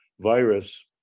virus